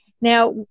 Now